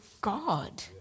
God